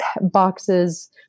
boxes